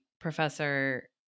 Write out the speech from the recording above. professor